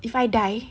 if I die